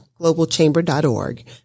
globalchamber.org